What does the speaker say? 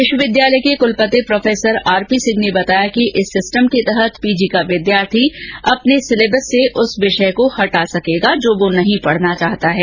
विश्वविद्यालय के कुलपति प्रोफेसर आरपी सिंह ने बताया कि इस सिस्टम के तहत पीजी का विद्यार्थी अपने सिलेबस से उस विषय को हटा सकेगाजो वह नहीं पढ़ना चाहता है